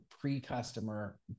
pre-customer